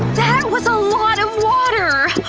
that was a lot of water!